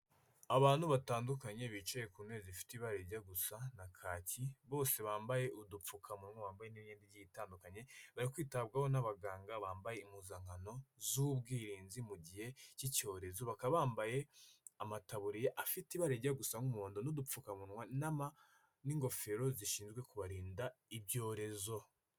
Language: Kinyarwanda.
Abantu batandukanye bicaye ku ntebe ifite ibara rijya gusa na kaki, bose bambaye udupfukamunwa bambaye n'imiyenda itandukanye, bari kwitabwaho n'abaganga bambaye impuzankano z'ubwirinzi mu gihe k'icyorezo bakaba bambaye amataburiya afite ibara rijya gusa nk'umuhondo n'udupfukamunwa n'ingofero zishinzwe kubarinda ibyorezo.